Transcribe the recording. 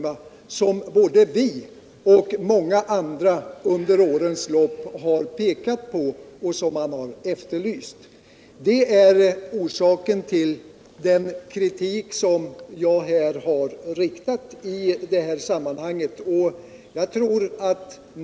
En sådan utredning har vi och många andra efterlyst under årens lopp. Det är orsaken till att jag riktat kritik mot utskottet i detta sammanhang.